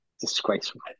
Disgraceful